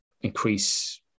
increase